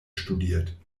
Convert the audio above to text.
studiert